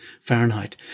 Fahrenheit